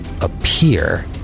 appear